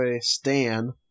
stan